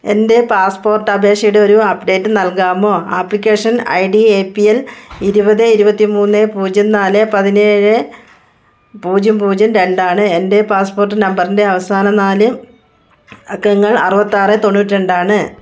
എൻ്റെ പാസ്പോർട്ട് അപേക്ഷയുടെ ഒരു അപ്ഡേറ്റ് നൽകാമോ application I D A P L ഇരുപത് ഇരുപത്തിമൂന്ന് പൂജ്യം നാല് പതിനേഴ് പൂജ്യം പൂജ്യം രണ്ടാണ് എൻ്റെ പാസ്പോർട്ട് നമ്പറിൻ്റെ അവസാന നാല് അക്കങ്ങൾ അറുപത്താറ് തൊണ്ണൂറ്റിരണ്ടാണ്